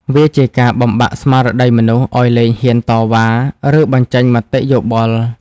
វាជាការបំបាក់ស្មារតីមនុស្ស ឱ្យលែងហ៊ានតវ៉ា ឬបញ្ចេញមតិយោបល់។